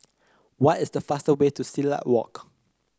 what is the fastest way to Silat Walk